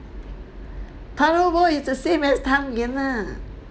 taro ball is the same as tang yuan lah